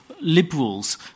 liberals